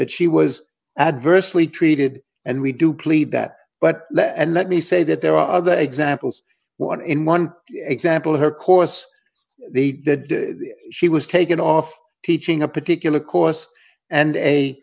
that she was adversely treated and we do plead that but that and let me say that there are other examples one in one example her course they did she was taken off teaching a particular course and a